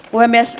puhemies